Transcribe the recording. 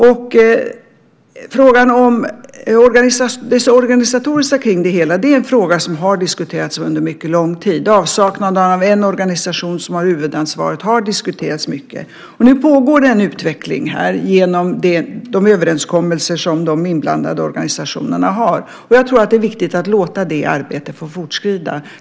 Det organisatoriska kring det hela är en fråga som har diskuterats under mycket lång tid. Avsaknaden av en organisation som har huvudansvaret har diskuteras mycket. Nu pågår en utveckling genom de överenskommelser som de inblandade organisationerna har. Jag tror att det är viktigt att låta det arbetet få fortskrida.